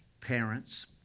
parents